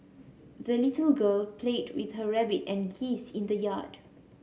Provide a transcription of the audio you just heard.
the little girl played with her rabbit and geese in the yard